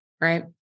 Right